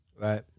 Right